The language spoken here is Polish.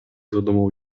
zadumą